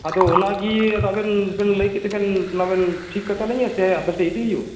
ᱟᱫᱚ ᱚᱱᱟᱜᱤ ᱵᱟᱵᱤᱱ ᱵᱤᱱ ᱞᱟᱹᱭᱠᱮᱛᱮ ᱵᱤᱱ ᱵᱟᱵᱤᱱ ᱴᱷᱤᱠ ᱠᱟᱛᱤᱞᱤᱧᱟᱹ ᱥᱮ ᱟᱵᱤᱱ ᱴᱷᱮᱱ ᱤᱫᱤ ᱦᱩᱭᱩᱜᱼᱟ